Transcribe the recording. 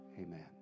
amen